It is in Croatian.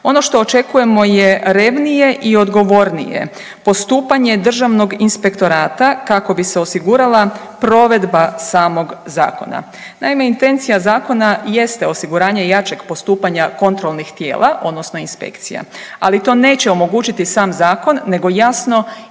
Ono što očekujemo je revnije i odgovornije postupanje Državnog inspektorata kako bi se osigurala provedba samog zakona. Naime, intencija zakona jeste osiguranje jačeg postupanja kontrolnih tijela odnosno inspekcija, ali to neće omogućiti sam zakon nego jasno